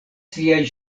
siaj